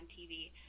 TV